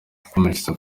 akomereza